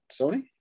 Sony